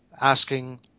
asking